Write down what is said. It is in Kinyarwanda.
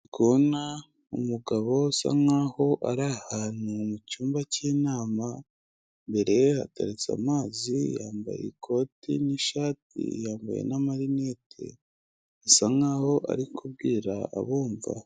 Ndikubona umugabo usa nkaho ari ahantu mu cyumba cy'inama, imbere ye hateretse amazi, yambaye ikoti n'ishati yambaye n'amarinete. Bisa nkaho ari kubwira abumva.